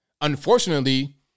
Unfortunately